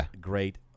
great